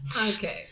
Okay